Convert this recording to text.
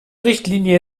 richtlinie